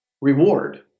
reward